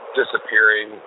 disappearing